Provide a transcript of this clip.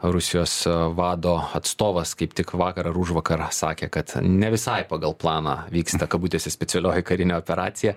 rusijos vado atstovas kaip tik vakar ar užvakar sakė kad ne visai pagal planą vyksta kabutėse specialioji karinė operacija